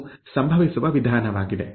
ಇದು ಸಂಭವಿಸುವ ವಿಧಾನವಾಗಿದೆ